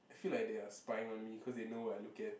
I feel like they are spying on me cause they know what I look at